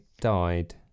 died